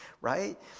right